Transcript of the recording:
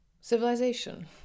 civilization